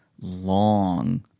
long